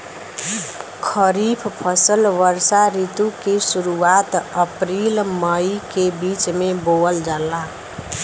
खरीफ फसल वषोॅ ऋतु के शुरुआत, अपृल मई के बीच में बोवल जाला